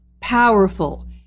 powerful